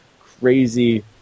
crazy